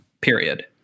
period